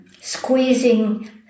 squeezing